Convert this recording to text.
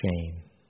shame